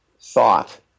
thought